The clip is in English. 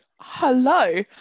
Hello